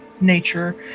nature